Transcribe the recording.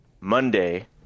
monday